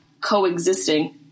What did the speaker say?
coexisting